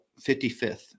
55th